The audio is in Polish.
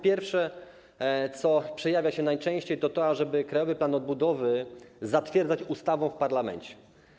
Pierwsze, co przejawia się najczęściej, to to, ażeby krajowy plan odbudowy zatwierdzać ustawą w parlamencie.